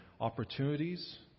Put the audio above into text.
opportunities